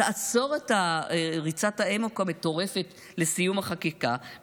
תעצור את ריצת האמוק המטורפת לסיום החקיקה,